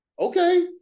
okay